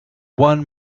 one